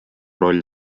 roll